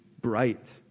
bright